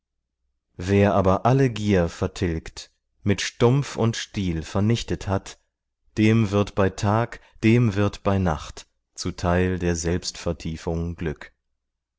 wer aber alle gier vertilgt mit stumpf und stiel vernichtet hat dem wird bei tag dem wird bei nacht zuteil der selbstvertiefung glück